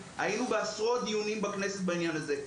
היינו בעשרות דיונים בכנסת בעניין הזה.